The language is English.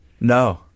No